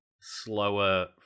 slower